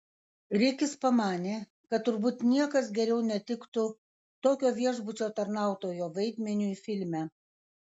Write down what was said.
rikis pamanė kad turbūt niekas geriau netiktų tokio viešbučio tarnautojo vaidmeniui filme